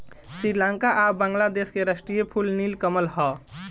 श्रीलंका आ बांग्लादेश के राष्ट्रीय फूल नील कमल ह